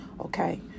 okay